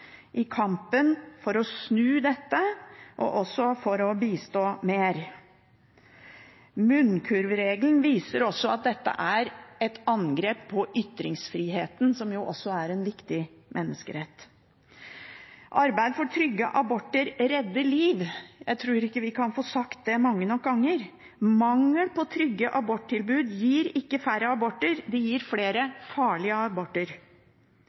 i kampen for å snu dette og også for å bistå mer. Munnkurvregelen viser også at dette er et angrep på ytringsfriheten, som også er en viktig menneskerett. Arbeid for trygge aborter redder liv. Jeg tror ikke vi kan få sagt det mange nok ganger. Mangel på trygge aborttilbud gir ikke færre aborter, det gir flere farlige aborter.